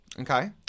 Okay